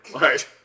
Right